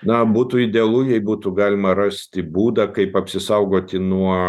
na būtų idealu jei būtų galima rasti būdą kaip apsisaugoti nuo